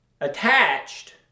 attached